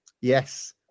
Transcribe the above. yes